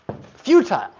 futile